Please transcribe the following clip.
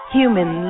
human